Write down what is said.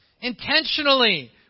intentionally